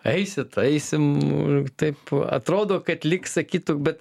eisit aisim taip atrodo kad lyg sakytų bet